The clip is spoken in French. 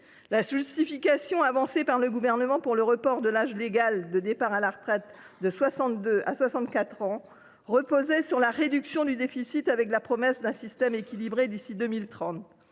La justification avancée par le Gouvernement pour le report de l’âge légal de départ à la retraite de 62 à 64 ans reposait sur la réduction du déficit, avec la promesse d’un système équilibré d’ici 2030.